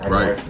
Right